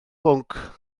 bwnc